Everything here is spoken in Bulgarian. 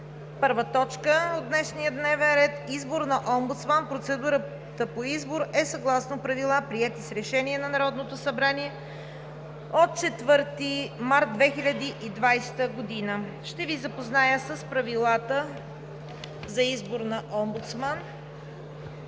първа точка от днешния дневен ред: ИЗБОР НА ОМБУДСМАН. Процедурата по избор е съгласно Правилата, приети с Решение на Народното събрание от 4 март 2020 г. Ще Ви запозная с Правилата за избор на омбудсман: